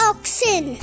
Oxen